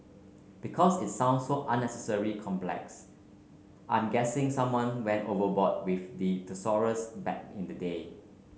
because it's sounds so unnecessary complex I'm guessing someone went overboard with the thesaurus back in the day